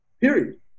Period